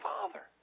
Father